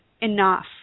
enough